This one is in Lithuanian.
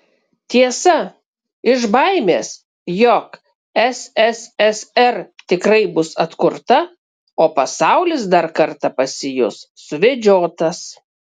tiesa iš baimės jog sssr tikrai bus atkurta o pasaulis dar kartą pasijus suvedžiotas